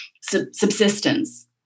subsistence